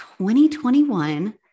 2021